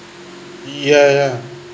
yeah